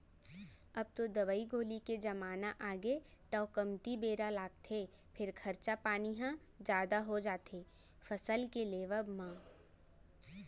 अब तो दवई गोली के जमाना आगे तौ कमती बेरा लागथे फेर खरचा पानी ह जादा हो जाथे फसल के लेवब म